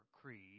creed